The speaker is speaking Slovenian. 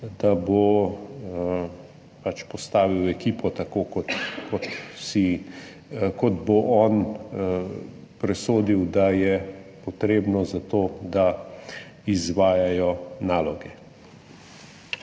postavil ekipo tako, kot bo on presodil, da je potrebno, zato da izvajajo naloge.